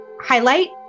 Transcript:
highlight